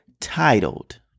titled